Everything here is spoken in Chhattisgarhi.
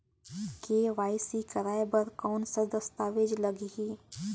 के.वाई.सी कराय बर कौन का दस्तावेज लगही?